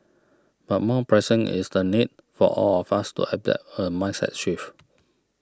but more pressing is the need for all of us to adopt a mindset shift